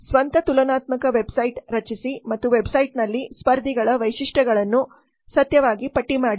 ಸ್ವಂತ ತುಲನಾತ್ಮಕ ವೆಬ್ಸೈಟ್ ರಚಿಸಿ ಮತ್ತು ವೆಬ್ಸೈಟ್ನಲ್ಲಿ ಸ್ಪರ್ಧಿಗಳ ವೈಶಿಷ್ಟ್ಯಗಳನ್ನು ಸತ್ಯವಾಗಿ ಪಟ್ಟಿ ಮಾಡಿ